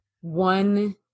one